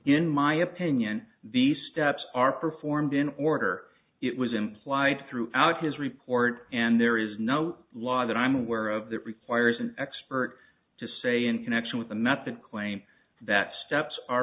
in my opinion the steps are performed in order it was implied throughout his report and there is no law that i'm aware of that requires an expert to say in connection with the method claim that steps are